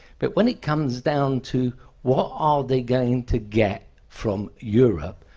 but when it comes down to what are they going to get from europe,